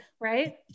right